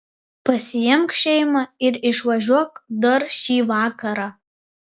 pasiimk šeimą ir išvažiuok dar šį vakarą